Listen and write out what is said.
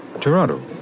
Toronto